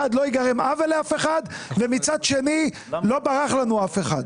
לא ייגרם עוול לאף אחד ומצד שני לא ברח לנו אף אחד.